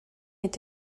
est